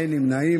אין נמנעים.